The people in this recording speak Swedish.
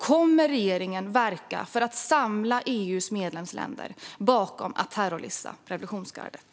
Kommer regeringen att verka för att samla EU:s medlemsländer bakom att terrorlista revolutionsgardet?